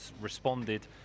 Responded